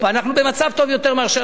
אנחנו במצב טוב יותר מארצות-הברית.